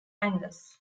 angus